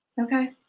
Okay